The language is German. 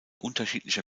unterschiedlicher